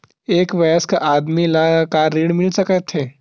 एक वयस्क आदमी ला का ऋण मिल सकथे?